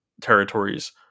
territories